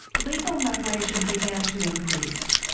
legal migration began to increase,